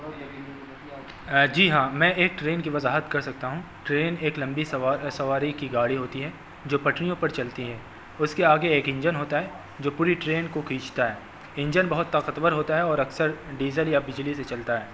جی ہاں میں ایک ٹرین کی وضاحت کر سکتا ہوں ٹرین ایک لمبی سوا سواری کی گاڑی ہوتی ہے جو پٹریوں پر چلتی ہیں اس کے آگے ایک انجن ہوتا ہے جو پوری ٹرین کو کھینچتا ہے انجن بہت طاقتور ہوتا ہے اور اکثر ڈیزل یا بجلی سے چلتا ہے